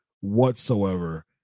whatsoever